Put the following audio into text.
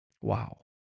Wow